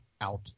out